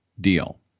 deal